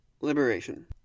Liberation